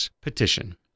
Petition